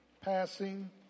passing